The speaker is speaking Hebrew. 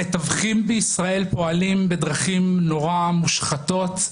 המתווכים בישראל פועלים בדרכים מאוד מושחתות.